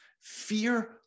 Fear